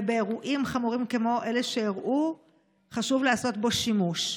ובאירועים חמורים כמו אלו שאירעו חשוב לעשות בו שימוש.